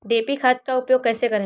DAP खाद का उपयोग कैसे करें?